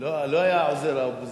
לא היתה עוזרת האופוזיציה.